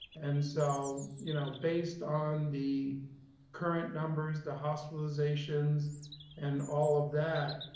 and so, you know, based on the current numbers, the hospitalizations and all of that,